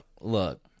look